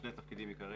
שני תפקידים עיקריים.